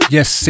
Yes